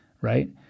right